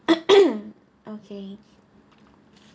okay